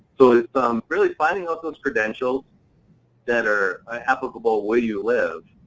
so it's really finding out those credentials that are applicable where you live,